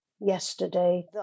Yesterday